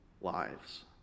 lives